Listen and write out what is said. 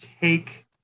take